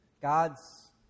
God's